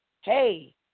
hey